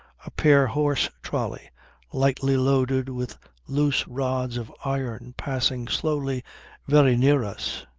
a pair horse trolly lightly loaded with loose rods of iron passing slowly very near us.